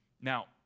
Now